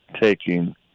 taking